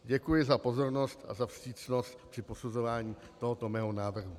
Děkuji za pozornost a vstřícnost při posuzování tohoto mého návrhu.